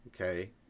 okay